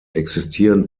existieren